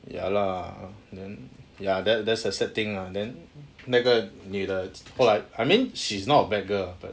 ya lah then ya that that's the thing lah then 那个女的 her like I mean she's not a bad girl lah but